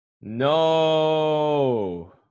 No